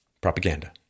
propaganda